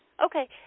Okay